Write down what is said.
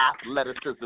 athleticism